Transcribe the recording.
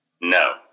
No